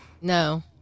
No